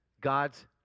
God's